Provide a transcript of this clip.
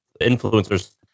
influencers